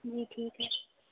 جی ٹھیک ہے